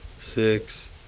six